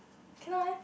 cannot eh